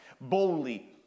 boldly